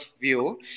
view